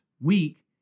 week